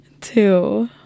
Two